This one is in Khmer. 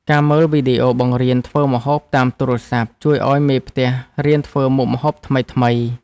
ការមើលវីដេអូបង្រៀនធ្វើម្ហូបតាមទូរស័ព្ទ ជួយឱ្យមេផ្ទះរៀនធ្វើមុខម្ហូបថ្មីៗ។